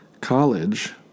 College